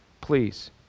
Please